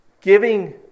giving